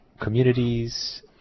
communities